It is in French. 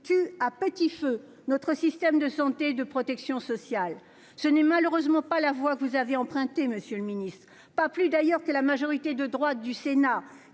tuent à petit feu notre système de santé et de protection sociale. Ce n'est malheureusement pas la voie que vous avez empruntée, monsieur le ministre, pas plus d'ailleurs que la majorité sénatoriale : sur